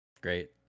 Great